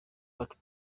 wacu